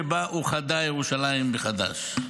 שבו אוחדה ירושלים מחדש.